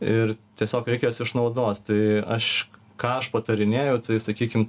ir tiesiog reikia jas išnaudot tai aš ką aš patarinėju tai sakykim